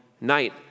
night